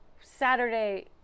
Saturday